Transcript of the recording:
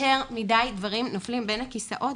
יותר מדי דברים נופלים בין הכיסאות,